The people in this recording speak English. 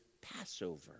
Passover